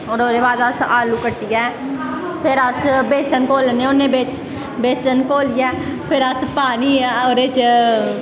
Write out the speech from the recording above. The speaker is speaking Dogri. और ओह्दे बाद अस आलू कट्टियै फिर अस बेसन घोलने होन्ने बिच्च बेसन घोलियै फिर अस पानी ओह्दे च